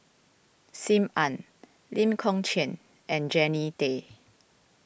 Sim Ann Lee Kong Chian and Jannie Tay